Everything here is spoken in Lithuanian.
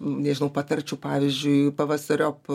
nežinau patarčiau pavyzdžiui pavasariop